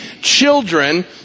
children